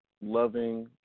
loving